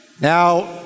Now